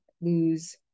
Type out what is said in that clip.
lose